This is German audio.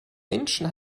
menschen